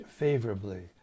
favorably